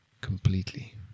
completely